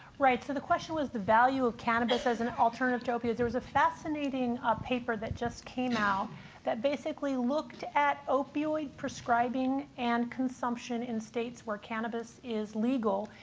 right. so the question was the value of cannabis as an alternative to opioids. there was a fascinating ah paper that just came out that basically looked at opioid prescribing and consumption in states where cannabis is legal,